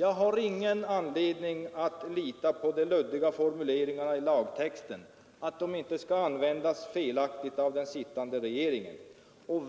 Jag har ingen anledning att lita på att de luddiga formuleringarna i lagtexten inte skall användas felaktigt av den sittande regeringen. Och